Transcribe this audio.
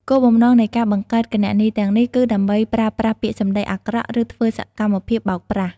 គោលបំណងនៃការបង្កើតគណនីទាំងនេះគឺដើម្បីប្រើប្រាស់ពាក្យសំដីអាក្រក់ ឬធ្វើសកម្មភាពបោកប្រាស់។